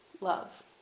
love